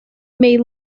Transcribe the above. may